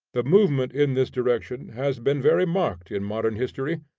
the movement in this direction has been very marked in modern history.